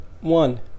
one